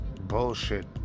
bullshit